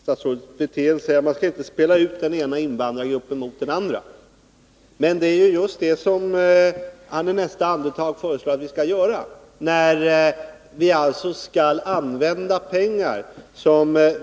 Herr talman! Statsrådet Wirtén säger att man inte skall spela ut den ena invandrargruppen mot den andra, men det är ju just det han i nästa andetag föreslår att vi skall göra.